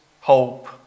hope